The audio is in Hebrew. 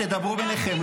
תדברו ביניכם.